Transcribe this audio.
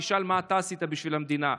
תשאל מה אתה עשית בשביל המדינה.